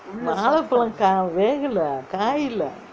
வாழைப்பழம் வேகலே காயலே:vaazhaipalam vegalae kaayalae